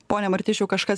pone martišiau kažkas